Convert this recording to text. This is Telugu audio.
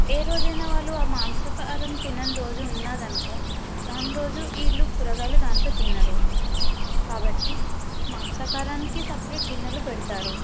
ఏ రోజైనా వాళ్ళు ఆ మాంసహారం తినని రోజు ఉన్నది అనుకో దాని రోజు వీళ్ళు కూరగాయలు దాంట్లో తినరు కాబట్టి మాంసాహారానికి సపరేట్ గిన్నెలు పెడతారు